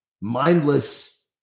mindless